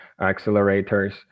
accelerators